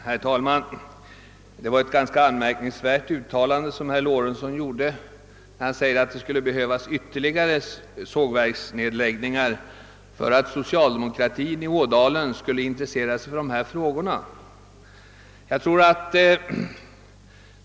Herr talman! Det var ett ganska anmärkningsvärt uttalande som herr Lorentzon gjorde när han sade att det behövdes ytterligare sågverksnedläggningar för att socialdemokratin i Ådalen skulle intressera sig för dessa frågor.